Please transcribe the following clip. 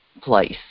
place